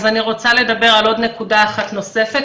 אז אני רוצה לדבר על עוד נקודה אחת נוספת,